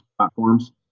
platforms